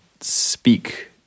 speak